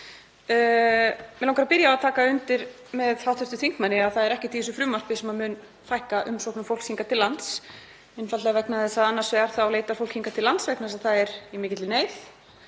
Mig langar að byrja á að taka undir með hv. þingmanni að það er ekkert í þessu frumvarpi sem mun fækka umsóknum fólks hingað til lands, einfaldlega vegna þess að fólk leitar hingað til lands vegna þess að það er í mikilli neyð.